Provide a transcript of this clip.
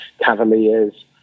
Cavaliers